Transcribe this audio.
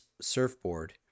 surfboard